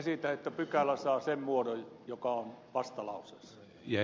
esitän että pykälä saa sen muodon joka on vastalauseessa